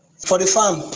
for the farm?